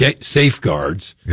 safeguards